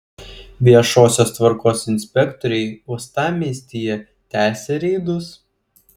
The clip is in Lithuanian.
viešosios tvarkos inspektoriai uostamiestyje tęsia reidus